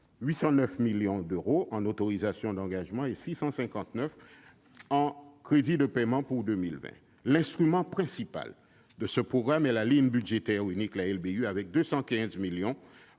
809 millions d'euros en autorisations d'engagement et à 659 millions d'euros en crédits de paiement. L'instrument principal de ce programme est la ligne budgétaire unique (LBU), avec 215 millions d'euros